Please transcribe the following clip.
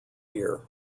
year